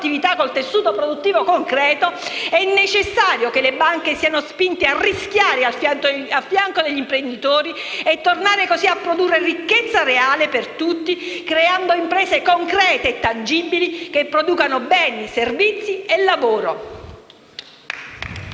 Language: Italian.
attività con il tessuto produttivo concreto. È necessario che le banche siano spinte a rischiare a fianco degli imprenditori e tornare così a produrre ricchezza reale per tutti, creando imprese concrete e tangibili che producano beni, servizi e lavoro.